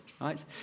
right